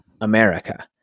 america